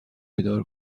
بیدار